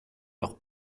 leur